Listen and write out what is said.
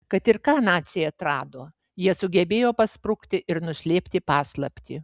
kad ir ką naciai atrado jie sugebėjo pasprukti ir nuslėpti paslaptį